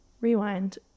rewind